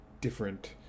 different